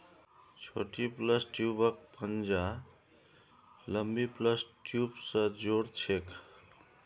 छोटी प्लस ट्यूबक पंजा लंबी प्लस ट्यूब स जो र छेक